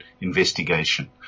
investigation